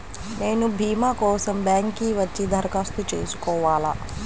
నేను భీమా కోసం బ్యాంక్కి వచ్చి దరఖాస్తు చేసుకోవాలా?